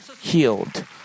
healed